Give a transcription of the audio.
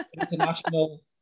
international